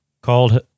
called